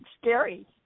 scary